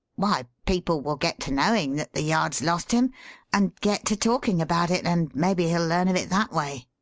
why, people will get to knowing that the yard's lost him and get to talking about it and maybe he'll learn of it that way.